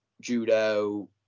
judo